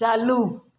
चालू